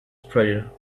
treasure